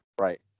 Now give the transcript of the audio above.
Right